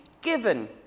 given